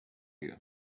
you